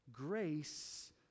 Grace